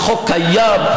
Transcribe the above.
החוק קיים.